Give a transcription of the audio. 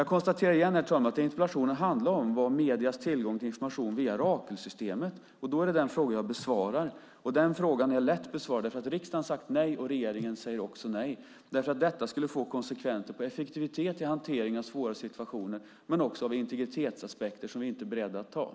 Jag konstaterar igen att interpellationen handlar om mediernas tillgång till information via Rakelsystemet, och det är den fråga jag besvarar. Den är lätt besvarad; riksdagen har sagt nej och regeringen gör också det. Detta skulle få konsekvenser för effektiviteten i hanteringen av svåra situationer. Det finns även integritetsaspekter som gör att vi inte är beredda till detta.